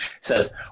says